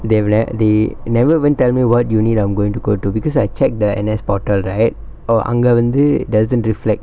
they will a they never even tell me what unit I'm going to go to because I check the N_S portal right oh அங்கவந்து:angavanthu doesn't reflect